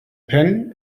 penh